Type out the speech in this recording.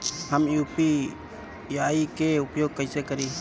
हम यू.पी.आई के उपयोग कइसे करी?